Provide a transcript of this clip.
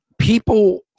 People